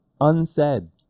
unsaid